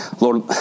Lord